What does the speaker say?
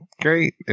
great